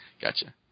Gotcha